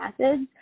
acids